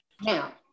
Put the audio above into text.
Now